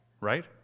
Right